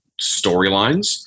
storylines